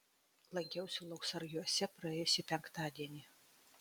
lankiausi lauksargiuose praėjusį penktadienį